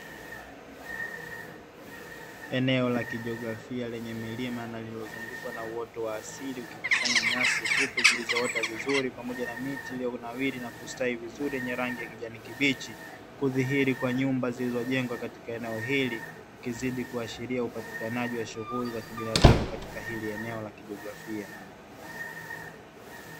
Eneo la kijiografia lenye milima na lililozungukwa na uoto wa asili, ukikusanya nyasi fupi zilizoota vizuri pamaoja na miti iliyonawiri na kustawi vizuri yenye rangi ya kijani kibichi. Kudhihiri kwa nyumba zilizojengwa katika eneo hili ukizidi kuashiria upatikanaji wa shughuli za kibinadamu katika hili eneo la kijografia.